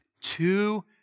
two